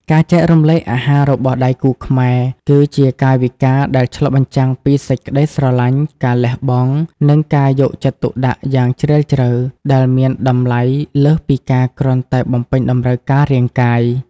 ការចែករំលែកអាហាររបស់គូស្នេហ៍ខ្មែរ គឺជាកាយវិការដែលឆ្លុះបញ្ចាំងពីសេចក្ដីស្រឡាញ់ ការលះបង់ និងការយកចិត្តទុកដាក់យ៉ាងជ្រាលជ្រៅ ដែលមានតម្លៃលើសពីការគ្រាន់តែបំពេញតម្រូវការរាងកាយ។